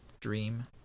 dream